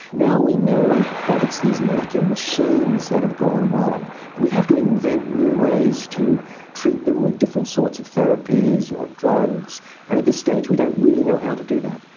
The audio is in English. now we know that it's these molecular machines that have gone wrong and we have to invent new ways to treat them with different sorts of therapies or drugs and at this stage we don't really know how to do that.